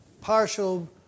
partial